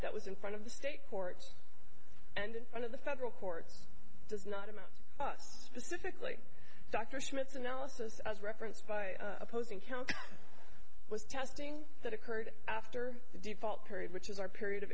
that was in front of the state courts and in front of the federal courts does not amount us pacifically dr smith's analysis as referenced by opposing counsel was testing that occurred after the default period which is our period of